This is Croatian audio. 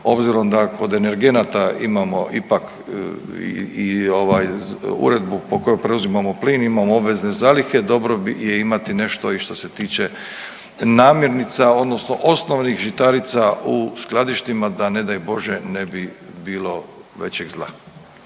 obzirom da kod energenata imamo ipak i ovaj uredbu po kojoj preuzimamo plin, imamo obvezne zalihe, dobro je imati nešto i što se tiče namirnica odnosno osnovnih žitarica u skladištima da ne daj Bože ne bi bilo većeg zla.